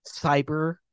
cyber